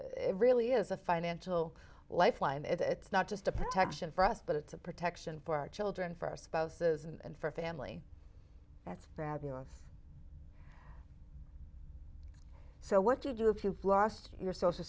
really is a financial lifeline it's not just a protection for us but it's a protection for our children for our spouses and for a family that's grabbed us so what do you do if you've lost your social